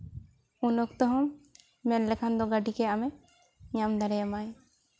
ᱩᱱ ᱚᱠᱛᱚ ᱦᱚᱸ ᱢᱮᱱᱠᱷᱟᱱᱮ ᱜᱟᱹᱰᱤᱜᱮ ᱟᱢᱮ ᱧᱟᱢ ᱫᱟᱲᱮ ᱟᱢᱟᱭ